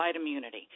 immunity